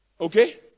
Okay